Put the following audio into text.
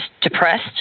depressed